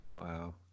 wow